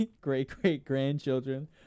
great-great-grandchildren